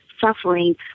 suffering